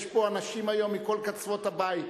יש פה אנשים מכל קצוות הבית.